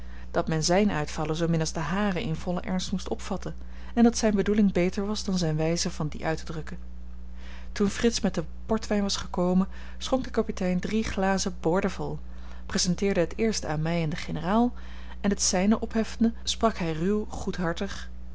dat men zijne uitvallen zoomin als de hare in vollen ernst moest opvatten en dat zijne bedoeling beter was dan zijne wijze van die uit te drukken toen frits met den portwijn was gekomen schonk de kapitein drie glazen boordevol presenteerde het eerste aan mij en den generaal en het zijne opheffende sprak hij ruw